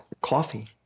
coffee